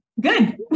good